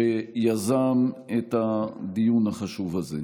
שיזם את הדיון החשוב הזה.